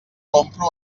compro